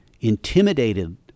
intimidated